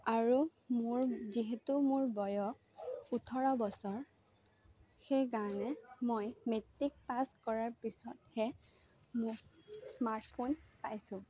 আৰু মোৰ যিহেতু মোৰ বয়স ওঠৰ বছৰ সেইকাৰণে মই মেট্ৰিক পাছ কৰাৰ পিছতহে মো স্মাৰ্ট ফোন পাইছোঁ